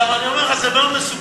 למה, אני אומר לך: זה מאוד מסוכן.